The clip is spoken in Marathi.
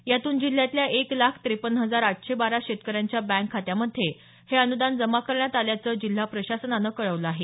यातून जिल्ह्यातल्या एक लाख त्रेपन्न हजार आठशे बारा शेतकऱ्यांच्या बँक खात्यांमध्ये हे अनुदान जमा करण्यात आलं असल्याचं जिल्हा प्रशासनानं कळवलं आहे